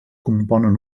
componen